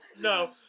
No